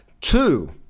two